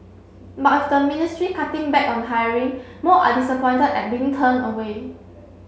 but of the ministry cutting back on hiring more are disappointed at being turned away